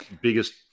biggest